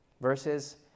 Verses